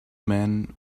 man